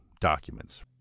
documents